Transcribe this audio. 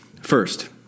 First